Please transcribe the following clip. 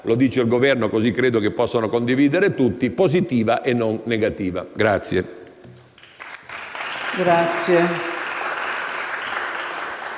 lo dice il Governo così credo lo possano condividere tutti - positiva e non negativa.